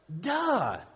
duh